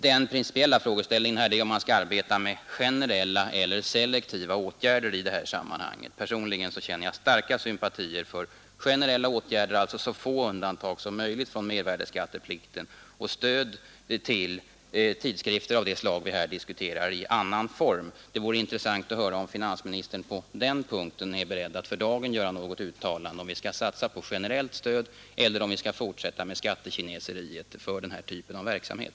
Den principiella frågeställningen är om man skall arbeta med generella eller selektiva åtgärder i det här sammanhanget. Personligen känner jag starka sympatier för generella åtgärder, alltså så enkla och få undantag som möjligt från mervärdeskatteplikten samt stöd i annan form till tidskrifter av det slag vi här diskuterar. Det vore intressant att höra om finansministern på den punkten är beredd att för dagen göra något uttalande — om vi skall satsa på generellt stöd eller om vi skall fortsätta med skattekineseriet för den här typen av verksamhet.